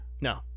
no